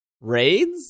raids